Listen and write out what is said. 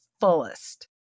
fullest